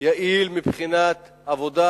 יעיל מבחינת עבודה,